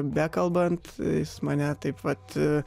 bekalbant jis mane taip vat